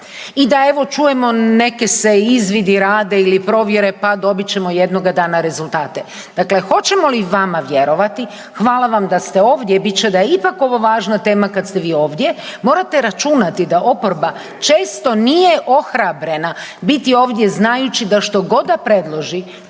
I da evo čujemo neki se izvidi rade ili provjere pa dobit ćemo jednoga dana rezultate. Dakle, hoćemo li vama vjerovati, hvala vam da ste ovdje bit će da je ipak ovo važna tema kad ste vi ovdje. Morate računati da oporba često nije ohrabrena biti ovdje znajući da što god da predloži